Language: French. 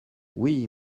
oui